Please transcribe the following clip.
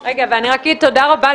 מאתגר.